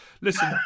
Listen